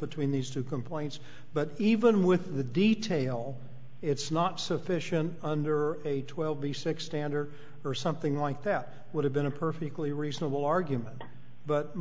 between these two complaints but even with the detail it's not sufficient under a twelve the six day under or something like that would have been a perfectly reasonable argument but